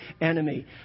enemy